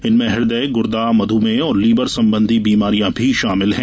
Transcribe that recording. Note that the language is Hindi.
इनमें हदय गुर्दा मधुमेह और लीवर संबंधी बीमारियां भी शामिल है